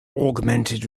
augmented